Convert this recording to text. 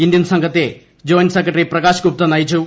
Indian സംഘത്തെ joint secretary Prakash Gupta നയിച്ചു